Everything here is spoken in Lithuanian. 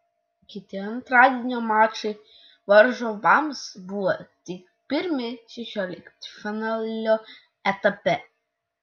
kiti antradienio mačai varžovams buvo tik pirmi šešioliktfinalio etape